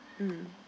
mm